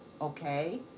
okay